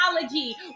technology